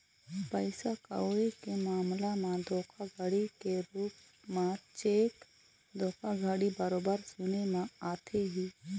पइसा कउड़ी के मामला म धोखाघड़ी के रुप म चेक धोखाघड़ी बरोबर सुने म आथे ही